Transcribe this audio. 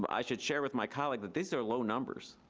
um i should share with my colleague that these are low numbers,